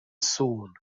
sŵn